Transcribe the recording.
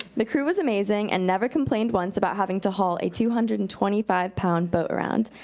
the crew was amazing and never complained once about having to haul a two hundred and twenty five pound boat around.